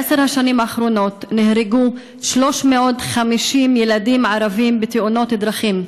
בעשר השנים האחרונות נהרגו 350 ילדים ערבים בתאונות דרכים.